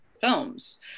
films